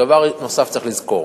דבר נוסף צריך לזכור: